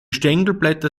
stängelblätter